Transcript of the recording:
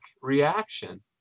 reaction